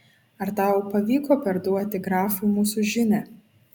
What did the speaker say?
ar tau pavyko perduoti grafui mūsų žinią